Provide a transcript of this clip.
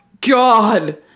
God